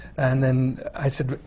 and then i said,